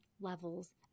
levels